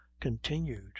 continued